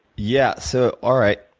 yeah, so, all right.